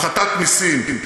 הפחתת מסים,